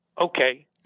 Okay